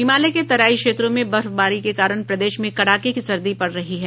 हिमालय के तराई क्षेत्रों में बर्फबारी के कारण प्रदेश में कडाके की सर्दी पड रही है